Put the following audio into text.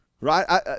right